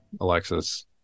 Alexis